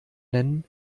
nennen